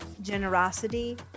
generosity